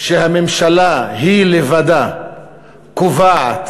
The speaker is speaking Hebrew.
שהממשלה היא לבדה קובעת